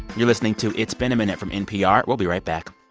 you're listening to it's been a minute from npr. we'll be right back